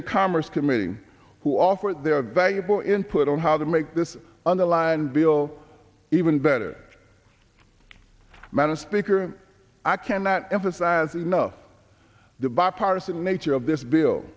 and commerce committee who offered their valuable input on how to make this underlying bill even better than a speaker i cannot emphasize enough the bipartisan nature of this bill